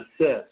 assist